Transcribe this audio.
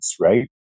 right